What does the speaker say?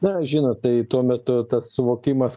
na žinot tai tuo metu tas suvokimas